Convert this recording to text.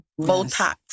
Botox